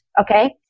okay